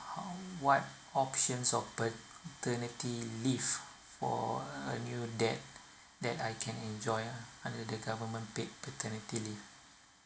how what options o paternity leave for a new dad that I can enjoy lah under the government paid paternity leave